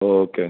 okay